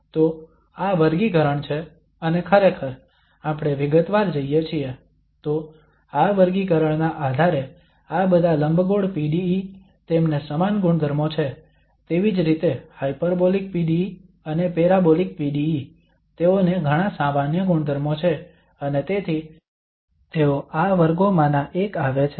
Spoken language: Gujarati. તો આ વર્ગીકરણ છે અને ખરેખર આપણે વિગતવાર જઈએ છીએ તો આ વર્ગીકરણના આધારે આ બધા લંબગોળ PDE તેમને સમાન ગુણધર્મો છે તેવી જ રીતે હાયપરબોલિક PDE અને પેરાબોલિક PDE તેઓને ઘણા સામાન્ય ગુણધર્મો છે અને તેથી તેઓ આ વર્ગોમાંના એક આવે છે